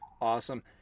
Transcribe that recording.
awesome